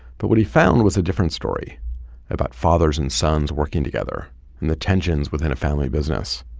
but what he found was a different story about fathers and sons working together and the tensions within a family business.